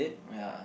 ya